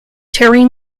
terry